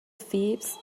فیبز